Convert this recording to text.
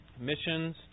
Missions